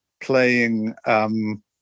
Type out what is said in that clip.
playing